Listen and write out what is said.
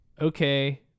okay